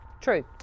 True